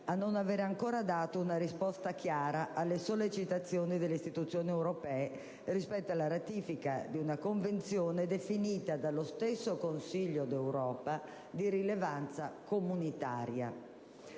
a non aver ancora dato una risposta chiara alle sollecitazioni delle istituzioni europee rispetto alla ratifica di una Convenzione definita dallo stesso Consiglio dell'Unione europea «di rilevanza comunitaria».